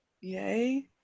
Yay